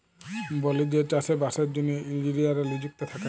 বলেযে চাষে বাসের জ্যনহে ইলজিলিয়াররা লিযুক্ত থ্যাকে